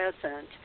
present